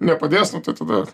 nepadės nu tai tada